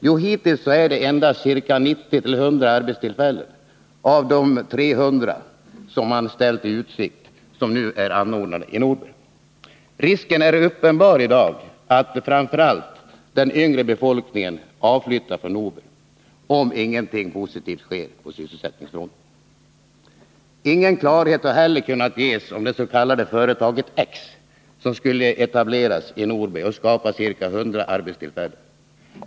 Jo, hittills har endast 90-100 arbetstillfällen anordnats i Norberg av de 300 som man ställt i utsikt. Risken är i dag uppenbar att framför allt den yngre befolkningen flyttar från Norberg, om inget positivt sker på sysselsättningsfronten. Ingen klarhet har heller kunnat ges om dets.k. företaget X, som skulle etableras i Norberg och som skulle skapa ca 100 arbetstillfällen.